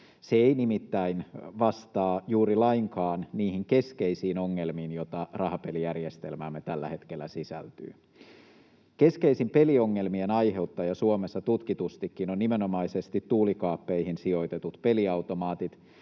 Se ei nimittäin vastaa juuri lainkaan niihin keskeisiin ongelmiin, joita rahapelijärjestelmäämme tällä hetkellä sisältyy. Keskeisin peliongelmien aiheuttaja Suomessa tutkitustikin on nimenomaisesti tuulikaappeihin sijoitetut peliautomaatit,